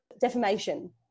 defamation